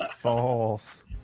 False